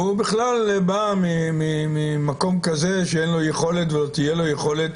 אין לו יכולת ולא תהיה לו יכולת